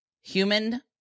human